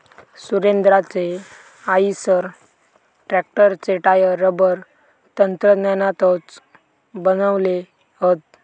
सुरेंद्राचे आईसर ट्रॅक्टरचे tyre rubber तंत्रज्ञानातनाच बनवले हत